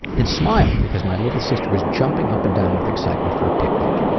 and smiled because my little sister was jumping up and down with excitement for a picnic.